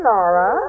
Laura